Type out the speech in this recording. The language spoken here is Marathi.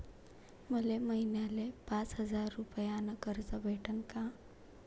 मले महिन्याले पाच हजार रुपयानं कर्ज भेटन का?